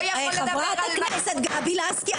חברת הכנסת גבי לסקי,